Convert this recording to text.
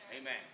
Amen